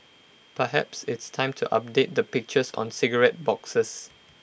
perhaps it's time to update the pictures on cigarette boxes